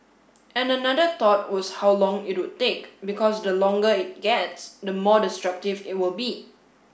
and another thought was how long it would take because the longer it gets the more destructive it will be